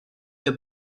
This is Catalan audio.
que